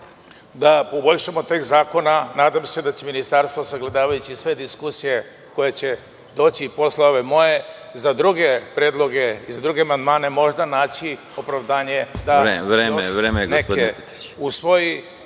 da poboljšamo tekst zakona. Nadam se da će ministarstvo sagledavajući sve diskusije koje će doći i posle ove moje za druge predloge i amandmane naći opravdanje da još neke